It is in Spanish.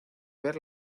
ver